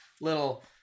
little